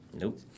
Nope